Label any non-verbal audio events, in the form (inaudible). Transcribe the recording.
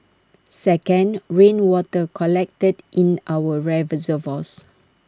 second rainwater collected in our (unintelligible)